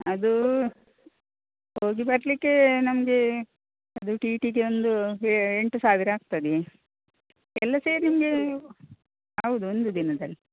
ಅದು ಹೋಗಿ ಬರಲಿಕ್ಕೆ ನಮಗೆ ಅದು ಟಿ ಟಿಗೆ ಒಂದು ಎಂಟು ಸಾವಿರ ಆಗ್ತದೆ ಎಲ್ಲ ಸೇರಿ ನಿಮಗೆ ಹೌದ್ ಒಂದು ದಿನದಲ್ಲಿ